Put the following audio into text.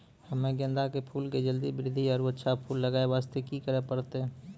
हम्मे गेंदा के फूल के जल्दी बृद्धि आरु अच्छा फूल लगय वास्ते की करे परतै?